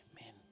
Amen